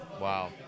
wow